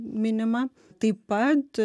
minima taip pat